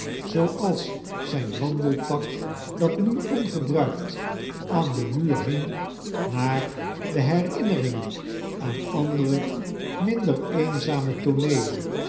zooals zijn wandelpak dat nu ongebruikt aan den muur hkig naar de herinneiringen aan andere minder eenzame